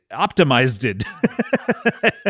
optimized